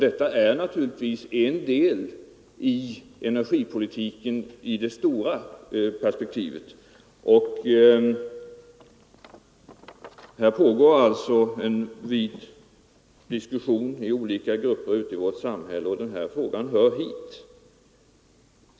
Detta är naturligtvis en del av energipolitiken i det stora perspektivet. Det pågår en bred diskussion i olika grupper ute i vårt samhälle, och den här frågan hör hit.